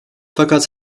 fakat